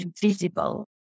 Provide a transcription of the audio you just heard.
visible